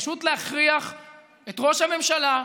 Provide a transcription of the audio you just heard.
פשוט להכריח את ראש הממשלה,